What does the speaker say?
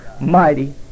mighty